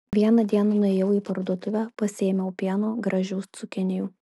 vieną dieną nuėjau į parduotuvę pasiėmiau pieno gražių cukinijų